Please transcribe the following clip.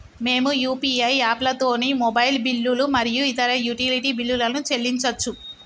మేము యూ.పీ.ఐ యాప్లతోని మొబైల్ బిల్లులు మరియు ఇతర యుటిలిటీ బిల్లులను చెల్లించచ్చు